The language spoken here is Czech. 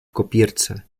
kopírce